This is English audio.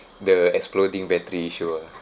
the exploding battery sure